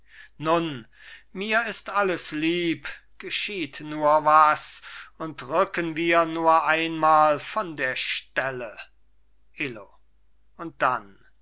nun mir ist alles lieb geschieht nur was und rücken wir nur einmal von der stelle illo und dann